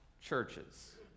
churches